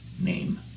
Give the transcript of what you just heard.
name